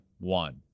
one